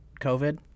covid